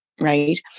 Right